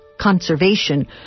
conservation